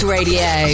Radio